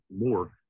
more